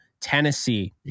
Tennessee